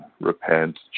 repent